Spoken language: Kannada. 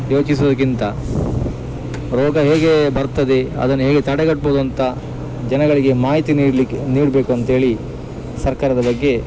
ಯೋಚಿಸುವುದಕ್ಕಿಂತ ರೋಗ ಹೇಗೇ ಬರ್ತದೆ ಅದನ್ನ ಹೇಗೆ ತಡೆಗಟ್ಬೋದು ಅಂತ ಜನಗಳಿಗೆ ಮಾಹಿತಿ ನೀಡಲಿಕ್ಕೆ ನೀಡಬೇಕು ಅಂಥೇಳಿ ಸರ್ಕಾರದ ಬಗ್ಗೆ